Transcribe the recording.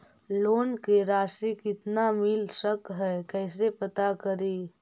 Loan के रासि कितना मिल सक है कैसे पता करी?